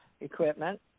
equipment